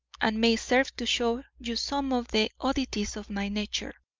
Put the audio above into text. and may serve to show you some of the oddities of my nature.